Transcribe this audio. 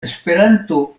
esperanto